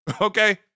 Okay